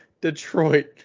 Detroit